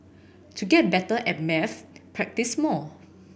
to get better at maths practise more